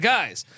Guys